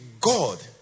God